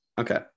okay